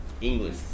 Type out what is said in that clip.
English